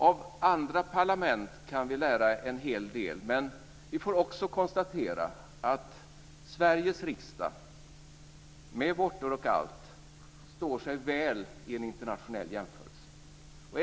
Av andra parlament kan vi lära en hel del, men vi får också konstatera att Sveriges riksdag med vårtor och allt står sig väl i en internationell jämförelse.